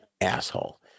asshole